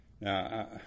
now